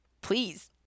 Please